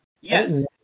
Yes